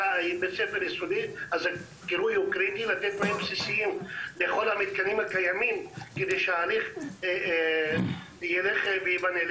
זה קריטי לתת תנאים בסיסיים לכל המתקנים הקיימים כדי שההליך ילך וייבנה.